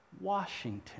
Washington